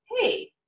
Hey